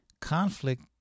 conflict